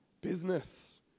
business